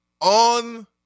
on